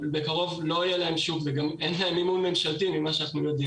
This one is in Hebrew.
בקרוב לא יהיה להם שוק וגם אין להם מימון ממשלתי ממה שאנחנו יודעים.